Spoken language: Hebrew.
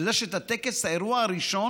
אתה יודע שאת הטקס, האירוע הראשון,